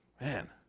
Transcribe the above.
man